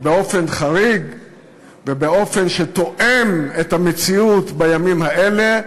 באופן חריג ובאופן שתואם את המציאות בימים האלה,